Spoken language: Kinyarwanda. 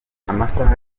amasaha